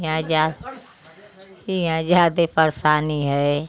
यहाँ जा यहाँ ज़्यादे परेशानी है